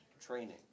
training